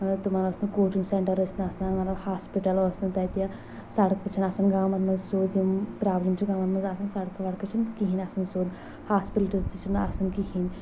تِمن اوس نہٕ کوچِنٛگ سیٚنٛٹر أسۍ نہٕ آسان مطلب ہاسپِٹل أس نہٕ تَتہِ سڑکہٕ چھےٚ نہٕ آسان گامَن منٛز سیوٚد یِم پرابلم چھِ گامَن منٛز آسان سَڑکہٕ وَڑکہٕ چھےٚ نہٕ کہیٖنۍ آسان سیٚود ہاسپِٹلز تہِ چھِ نہٕ آسان کہِنۍ